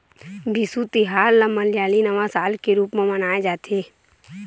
बिसु तिहार ल मलयाली नवा साल के रूप म मनाए जाथे